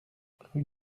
rue